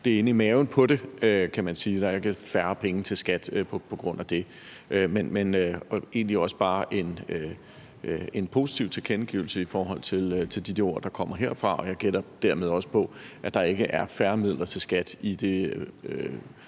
det inde i maven af det, kan man sige. Der er ikke færre penge til skattevæsenet på grund af det. Men det er egentlig også bare en positiv tilkendegivelse i forhold til de ord, der kommer fra ordføreren, og jeg gætter dermed også på, at der ikke er færre midler til skattevæsenet